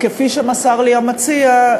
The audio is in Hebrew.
כפי שמסר לי המציע,